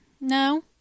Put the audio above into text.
No